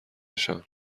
نشان